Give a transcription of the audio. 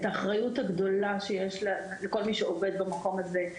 את האחריות הגדולה שיש לכל מי שעובד במקום הזה,